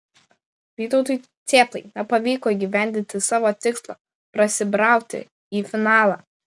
vytautui cėplai nepavyko įgyvendinti savo tikslo prasibrauti į finalą